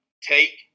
take